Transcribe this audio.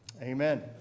Amen